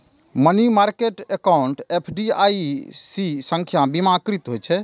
money market account FDIC सं बीमाकृत होइ छै